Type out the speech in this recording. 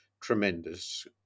tremendous